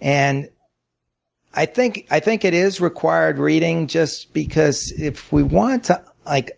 and i think i think it is required reading just because if we want to like